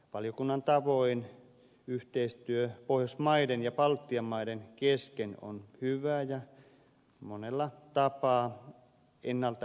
valiokunnan tavoin yhteistyö pohjoismaiden ja baltian maiden kesken on hyvä ja monella tapaa ennalta ehkäisevä muoto